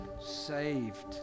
saved